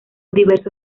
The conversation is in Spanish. diverso